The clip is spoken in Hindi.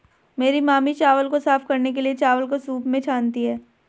मेरी मामी चावल को साफ करने के लिए, चावल को सूंप में छानती हैं